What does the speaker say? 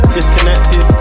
Disconnected